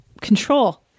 Control